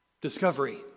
discovery